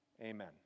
Amen